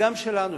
וגם שלנו,